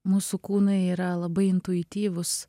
mūsų kūnai yra labai intuityvūs